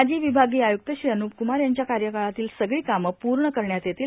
माजी विभागीय आयुक्त श्री अनूप कुमार यांच्या कार्यकाळातील सगळी कामं पूर्ण करण्यात येतील